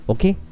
Okay